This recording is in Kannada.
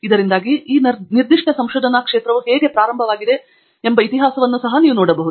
ಇದರಿಂದಾಗಿ ಈ ನಿರ್ದಿಷ್ಟ ಸಂಶೋಧನಾ ಪ್ರದೇಶವು ಹೇಗೆ ಪ್ರಾರಂಭವಾಗಿದೆ ಎಂಬುದನ್ನು ನೀವು ನೋಡಬಹುದು